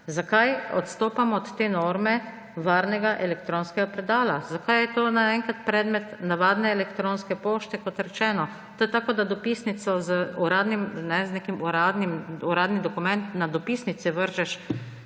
zakaj odstopamo od norme varnega elektronskega predala, zakaj je to naenkrat predmet navadne elektronske pošte. Kot rečeno, to je tako, kot da uradni dokument na dopisnici